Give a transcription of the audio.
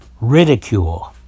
ridicule